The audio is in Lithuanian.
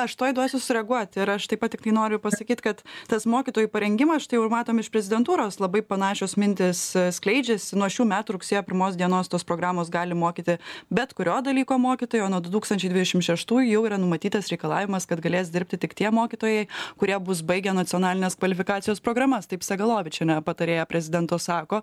aš tuoj duosiu sureaguot ir aš taip pat tiktai noriu pasakyt kad tas mokytojų parengimas štai jau ir matom iš prezidentūros labai panašios mintys skleidžiasi nuo šių metų rugsėjo pirmos dienos tos programos gali mokyti bet kurio dalyko mokytojai o nuo du tūkstančiai dvidešim šeštųjų jau yra numatytas reikalavimas kad galės dirbti tik tie mokytojai kurie bus baigę nacionalinės kvalifikacijos programas taip sagalovičienė patarėja prezidento sako